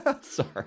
Sorry